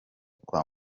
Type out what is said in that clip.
kwa